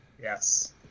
yes